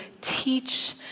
teach